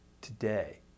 today